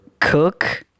Cook